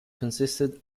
consisted